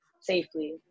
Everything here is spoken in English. safely